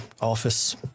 office